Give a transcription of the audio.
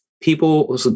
people